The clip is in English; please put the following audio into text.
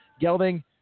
Gelding